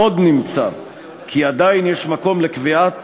עוד נמצא כי עדיין יש מקום לקביעת